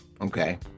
okay